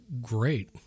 great